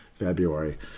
february